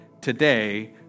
today